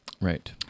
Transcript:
right